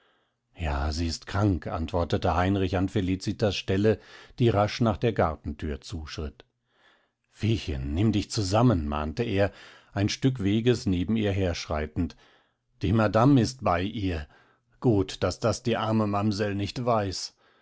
ja sie ist krank antwortete heinrich an felicitas stelle die rasch nach der gartenthür zuschritt feechen nimm dich zusammen mahnte er ein stück weges neben ihr herschreitend die madame ist bei ihr gut daß das die arme mamsell nicht weiß